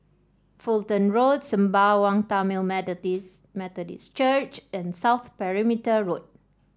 Fulton Road Sembawang Tamil Methodist Methodist Church and South Perimeter Road